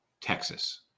Texas